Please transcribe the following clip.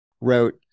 wrote